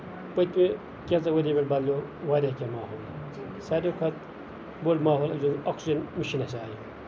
پٔتمیو کیٚنہہ ژھو ؤریو پٮ۪ٹھ بَدلیو واریاہ کیٚنٛہہ ماحول ساروی کھۄتہٕ بوٚڑ ماحول اوٚکسیٖجن مِشیٖنہِ ییٚلہِ آیہِ